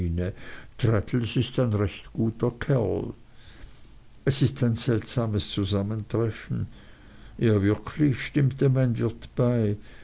ein recht guter kerl es ist ein seltsames zusammentreffen ja wirklich stimmte mein wirt bei